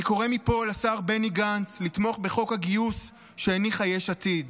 אני קורא מפה לשר בני גנץ לתמוך בחוק הגיוס שהניחה יש עתיד.